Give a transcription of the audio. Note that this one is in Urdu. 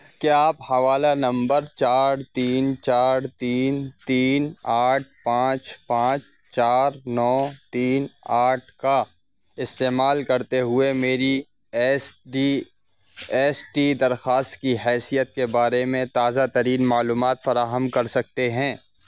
کیا آپ حوالہ نمبر چار تین چار تین تین آٹھ پانچ پانچ چار نو تین آٹھ کا استعمال کرتے ہوئے میری ایس ڈی ایس ٹی درخواست کی حیثیت کے بارے میں تازہ ترین معلومات فراہم کر سکتے ہیں